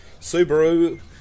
Subaru